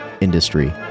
industry